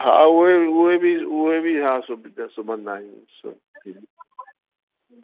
हा उहे बि उहे बि उहे बि हा सिब त सिबंदा आहियूं सभु शयूं